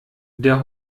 der